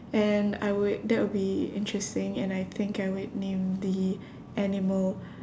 and I would that would be interesting and I think I would name the animal